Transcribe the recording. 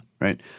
right